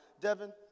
devin